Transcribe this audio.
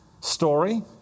story